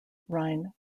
rhine